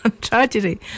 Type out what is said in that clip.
tragedy